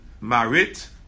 marit